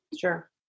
sure